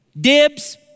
Dibs